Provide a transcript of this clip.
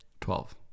Twelve